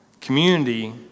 Community